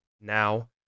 now